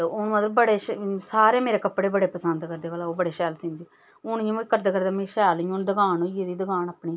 उन अड़ो बड़े शैल सारे मेरे कपड़े बड़े पसंद करदे भला ओह् बड़े शैल सींदी उन इ'यां करदे करदे मिगी शैल हून दकान होइये एह्दी दकान अपनी